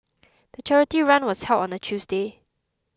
the charity run was held on a Tuesday